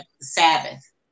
Sabbath